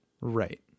Right